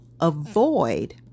avoid